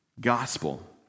gospel